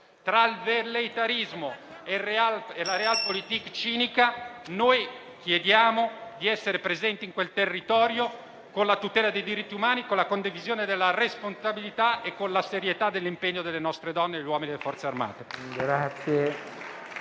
Tra il velleitarismo e la *Realpolitik* cinica noi chiediamo di essere presenti in quel territorio con la tutela dei diritti umani, con la condivisione della responsabilità e con la serietà dell'impegno delle nostre donne e uomini delle Forze armate.